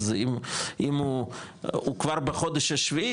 אז אם הוא כבר בחודש השביעי,